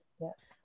Yes